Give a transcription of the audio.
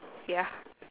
ya